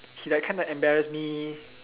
he like kinda embarrass me